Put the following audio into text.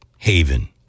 Haven